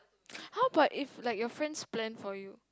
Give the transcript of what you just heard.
how about if like your friend plan for you